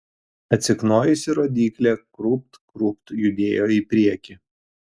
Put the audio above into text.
atsiknojusi rodyklė krūpt krūpt judėjo į priekį